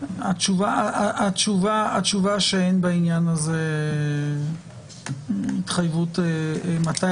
התשובה שאין בעניין הזה התחייבות למתי